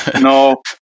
No